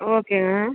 ஓகேங்க